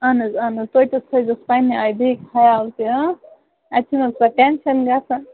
اَہَن حظ اَہَن حظ توتہِ تھٲوِزِہوس پنٕنہِ آیہِ بیٚیہِ خیال تہٕ اَسہِ چھُنہٕ حظ پَتہٕ ٹٮ۪نشَن گَژھان